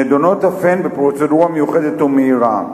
נדונות אף הן בפרוצדורה מיוחדת ומהירה,